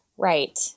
Right